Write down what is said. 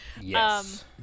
Yes